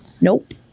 nope